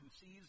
sees